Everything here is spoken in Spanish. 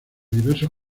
diversos